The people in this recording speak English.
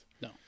No